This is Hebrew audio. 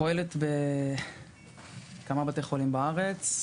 פועלת בכמה בתי חולים בארץ.